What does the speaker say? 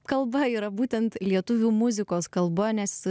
kalba yra būtent lietuvių muzikos kalba nes